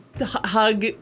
Hug